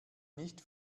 nicht